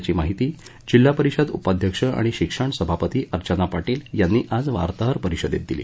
अशी माहिती जिल्हा परिषद उपाध्यक्ष आणि शिक्षण सभापती अर्चना पाटील यांनी आज वार्ताहर परिषदेत दिली